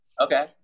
Okay